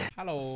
Hello